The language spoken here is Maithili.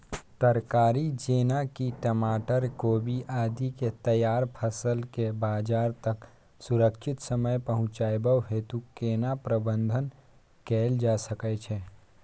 तरकारी जेना की टमाटर, कोबी आदि के तैयार फसल के बाजार तक सुरक्षित समय पहुँचाबै हेतु केना प्रबंधन कैल जा सकै छै?